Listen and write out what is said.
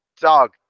dog